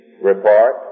Report